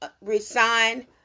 resign